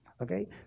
Okay